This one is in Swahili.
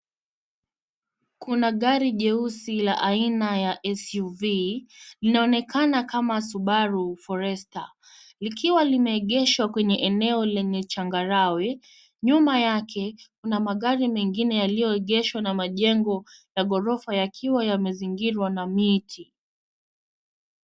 Kuna gari jeusi la aina ya SUV, linaonekana kama Subaru Forester, likiwa limeegeshwa kwenye eneo lenye changarawe. Nyuma yake kuna magari mengine yaliyoegeshwa na majengo ya ghorofa yakiwa yamezingirwa na miti.